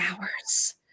hours